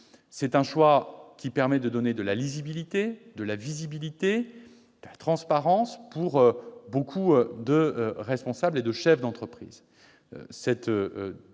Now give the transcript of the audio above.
C'est une décision qui permet de donner de la lisibilité, de la visibilité et de la transparence à beaucoup de responsables et de chefs d'entreprise.